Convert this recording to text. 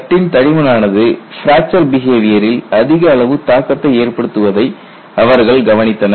தட்டின் தடிமன் ஆனது பிராக்சர் பிஹேவியரில் அதிக அளவு தாக்கத்தை ஏற்படுத்துவதை அவர்கள் கவனித்தனர்